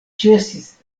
ĉesis